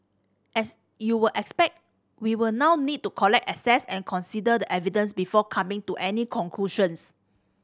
as you will expect we will now need to collect assess and consider the evidence before coming to any conclusions